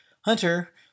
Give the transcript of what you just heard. hunter